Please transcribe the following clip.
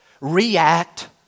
react